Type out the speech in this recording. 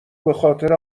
بخاطر